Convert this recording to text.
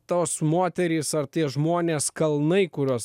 tos moterys ar tie žmonės kalnai kuriuos